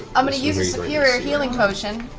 i'm going to use a superior healing potion,